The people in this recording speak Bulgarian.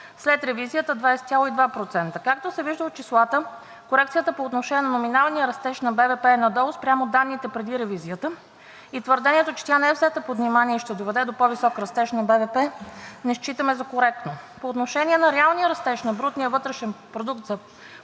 след ревизията – 20,2%. Както се вижда от числата, корекцията по отношение на номиналния растеж на БВП е надолу спрямо данните преди ревизията и твърдението, че тя не е взета под внимание и ще доведе до по-висок растеж на БВП, не считаме за коректно. По отношение на реалния растеж на брутния вътрешен продукт за първата